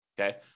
Okay